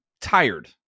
tired